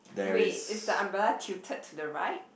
wait is the umbrella tilted to the right